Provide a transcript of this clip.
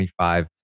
25